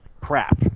crap